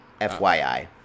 FYI